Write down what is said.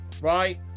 right